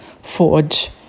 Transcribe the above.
forge